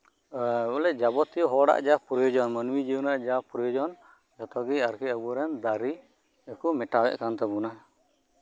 ᱡᱟᱵᱚᱛᱤᱭᱚ ᱢᱟᱱᱮ ᱦᱚᱲᱟᱜ ᱡᱟ ᱯᱨᱳᱭᱳᱡᱚᱱ ᱢᱟᱹᱱᱢᱤ ᱡᱤᱭᱚᱱ ᱨᱮᱭᱟᱜ ᱡᱟ ᱯᱨᱳᱭᱳᱡᱚᱱ ᱡᱷᱚᱛᱜᱮ ᱟᱨᱠᱤ ᱟᱵᱚᱨᱮᱱ ᱫᱟᱨᱮ ᱜᱮᱠᱚ ᱢᱮᱴᱟᱣᱭᱮᱫ ᱠᱟᱱ ᱛᱟᱵᱚᱱᱟ